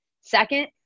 Second